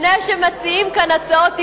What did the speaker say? לפני שמציעים כאן הצעות אי-אמון,